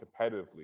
competitively